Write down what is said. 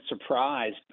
surprised